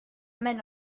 men